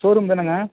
showroom தானேங்க